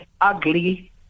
ugly